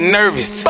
nervous